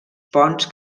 ponts